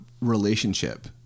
relationship